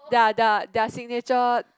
their their their signature